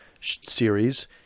series